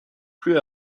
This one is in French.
plus